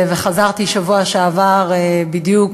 חזרתי בשבוע שעבר, בדיוק